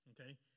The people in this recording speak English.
Okay